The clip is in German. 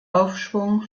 aufschwung